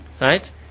Right